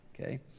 okay